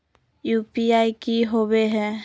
UPI की होवे हय?